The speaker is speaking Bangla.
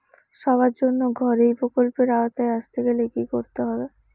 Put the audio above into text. সবার জন্য ঘর এই প্রকল্পের আওতায় আসতে গেলে কি করতে হবে?